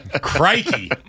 Crikey